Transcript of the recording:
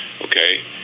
okay